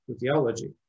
theology